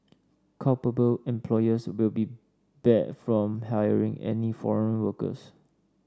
culpable employers will be barred from hiring any foreign workers